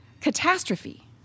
catastrophe